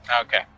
Okay